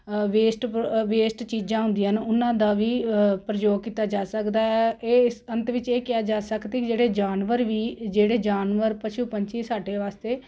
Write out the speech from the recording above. waste ਪ੍ਰ waste ਚੀਜ਼ਾਂ ਹੁੰਦੀਆਂ ਨੇ ਉਹਨਾਂ ਦਾ ਵੀ ਪ੍ਰਯੋਗ ਕੀਤਾ ਜਾ ਸਕਦਾ ਹੈ ਇਹ ਇਸ ਅੰਤ ਵਿੱਚ ਇਹ ਕਿਹਾ ਜਾ ਸਕਦੀ ਜਿਹੜੇ ਜਾਨਵਰ ਵੀ ਜਿਹੜੇ ਜਾਨਵਰ ਪਸ਼ੂ ਪੰਛੀ ਸਾਡੇ ਵਾਸਤੇ